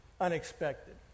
unexpected